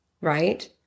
right